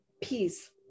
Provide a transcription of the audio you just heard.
peace